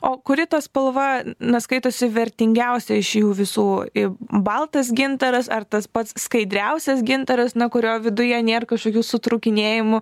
o kuri ta spalva na skaitosi vertingiausia iš jų visų baltas gintaras ar tas pats skaidriausias gintaras nuo kurio viduje nėr kažkokių sutrūkinėjimų